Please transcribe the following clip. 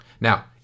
Now